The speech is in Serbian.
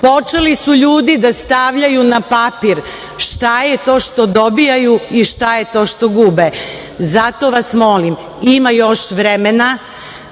Počeli su ljudi da stavljaju na papir šta je to što dobijaju i šta je to što gube. Zato vas molim, ima još vremena